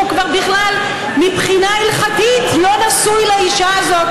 שהוא כבר בכלל מבחינה הלכתית לא נשוי לאישה הזאת,